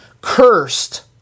cursed